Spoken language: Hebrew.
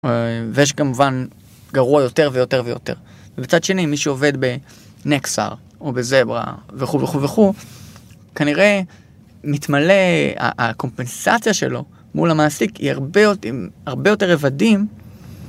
ויש כמובן גרוע יותר ויותר ויותר ובצד שני מי שעובד בנקסר או בזברה וכו' וכו' וכו' כנראה מתמלא הקומפנסציה שלו מול המעסיק היא הרבה יותר רבדים